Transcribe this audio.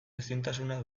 ezintasuna